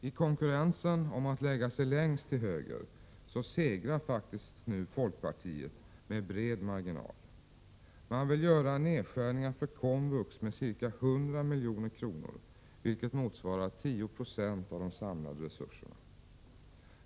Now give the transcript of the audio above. I konkurrensen om att lägga sig längst till höger segrar nu folkpartiet med bred marginal. Man vill göra nedskärningar för komvux med ca 100 milj.kr., vilket motsvarar 10 90 av de samlade resurserna.